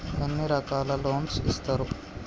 ఎన్ని రకాల లోన్స్ ఇస్తరు?